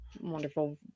wonderful